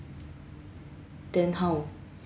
then how